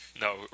No